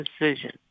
decision